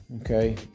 okay